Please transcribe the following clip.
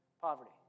poverty